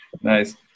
Nice